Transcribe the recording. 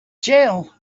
jail